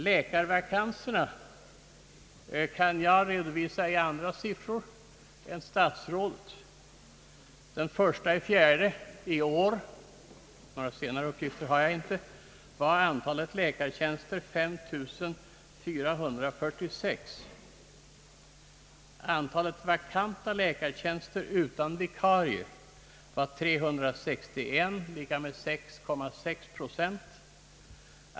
Läkarvakanserna kan jag redovisa i andra siffror än statsrådets. Den 1 april i år — några senare uppgifter har jag inte — var antalet läkartjänster 5 446. Antalet vakanta läkartjänster utan vikarie var 361 = 6,6 procent.